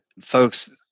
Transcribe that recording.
folks